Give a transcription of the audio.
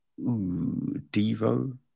Devo